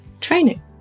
Training